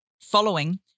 following